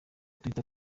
twitter